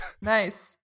Nice